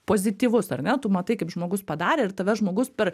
pozityvus ar ne tu matai kaip žmogus padarė ir tave žmogus per